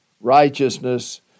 righteousness